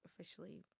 officially